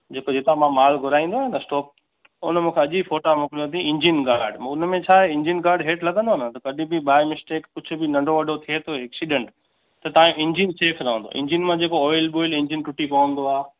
जेको जितां मां माल घुराईंदो आहियां न स्टॉक उन मूंखे अॼु ई फ़ोटा मोकिलियां अथईं इंजिन गार्ड उनमें आहे इंजिन गार्ड हेठु लॻंदो न त अक्ॾी बि बाए मिस्टेक कुझु बि नंढो वॾो थिए थो एक्सीडंट त तंहिं इंजिन सेफ़ रहंदो इंजिन मां जेको ऑइल ॿॉइल इंजिन टुटी पवंदो आहे